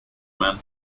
man